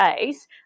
days